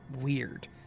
weird